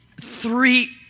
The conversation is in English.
three